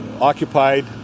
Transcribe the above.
occupied